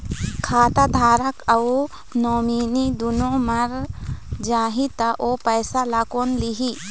खाता धारक अऊ नोमिनि दुनों मर जाही ता ओ पैसा ला कोन लिही?